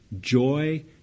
joy